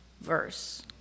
verse